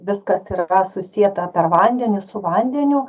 viskas ir yra susieta per vandenį su vandeniu